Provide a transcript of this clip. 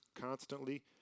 constantly